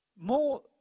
more